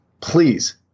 please